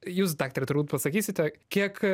jūs daktare turbūt pasakysite kiek